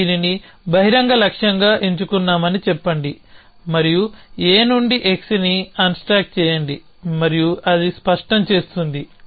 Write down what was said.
మనం దీనిని బహిరంగ లక్ష్యంగా ఎంచుకున్నామని చెప్పండి మరియు A నుండి x ని అన్స్టాక్ చేయండి మరియు అది స్పష్టం చేస్తుంది